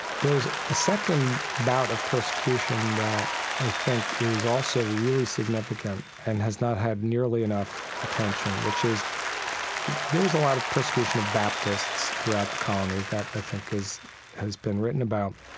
there's a second bout of persecution that i think is also really significant and has not had nearly enough attention, which is there was a lot of persecution of baptists throughout the colonies that i think has been written about.